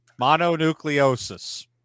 Mononucleosis